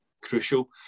crucial